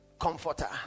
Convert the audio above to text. comforter